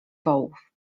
wołów